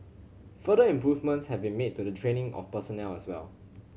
further improvements have been made to the training of personnel as well